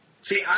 See